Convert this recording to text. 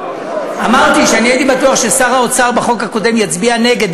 אמרתי שהייתי בטוח ששר האוצר בחוק הקודם יצביע נגד,